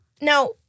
Now